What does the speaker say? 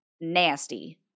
nasty